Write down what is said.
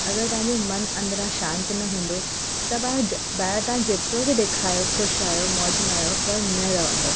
अगरि तव्हांजो मनु अंदरां शांति न हूंदो त जा ॿाहिरि तव्हां जेतिरो बि ॾेखारियो ख़ुशि आहियो मौज में आहियो पर न रहंदो